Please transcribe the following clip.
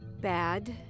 bad